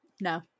No